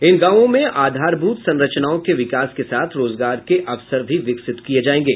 इन गांवों में आधारभूत संरचनाओं के विकास के साथ रोजगार के अवसर भी विकसित किये जायेंगे